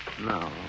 No